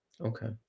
Okay